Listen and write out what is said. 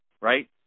right